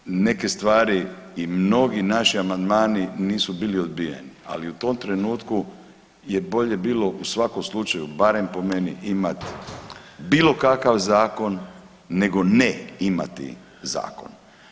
Koliko god neke stvari i mnogi naši amandmani nisu bili odbijeni, ali u tom trenutku je bolje bilo u svakom slučaju barem po meni imat bilo kakav zakon nego ne imati zakon.